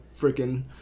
freaking